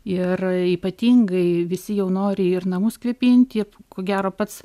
ir ypatingai visi jau nori ir namus kvėpinti ko gero pats